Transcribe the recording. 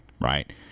right